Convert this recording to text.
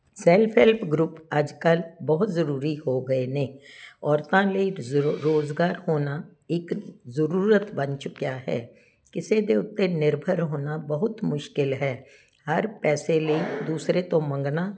self help group ਅੱਜ ਕੱਲ੍ਹ ਬਹੁਤ ਜ਼ਰੂਰੀ ਹੋ ਗਏ ਨੇ ਔਰਤਾਂ ਲਈ ਰੁਜ਼ ਰੁਜ਼ਗਾਰ ਹੋਣਾ ਇੱਕ ਜ਼ਰੂਰਤ ਬਣ ਚੁੱਕਿਆ ਹੈ ਕਿਸੇ ਦੇ ਉੱਤੇ ਨਿਰਭਰ ਹੋਣਾ ਬਹੁਤ ਮੁਸ਼ਕਿਲ ਹੈ ਹਰ ਪੈਸੇ ਲਈ ਦੂਸਰੇ ਤੋਂ ਮੰਗਾਉਣਾ